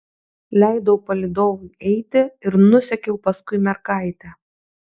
leidau palydovui eiti ir nusekiau paskui mergaitę